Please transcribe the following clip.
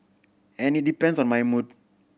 and it depends on my mood